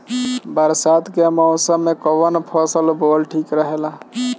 बरसात के मौसम में कउन फसल बोअल ठिक रहेला?